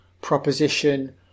proposition